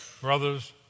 Brothers